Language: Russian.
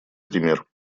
пример